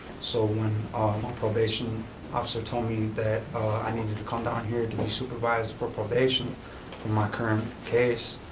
so when ah my probation officer told me that i needed to come down here to be supervised for probation for my current case,